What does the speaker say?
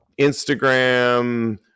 Instagram